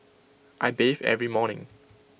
I bathe every morning